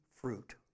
fruit